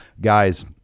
Guys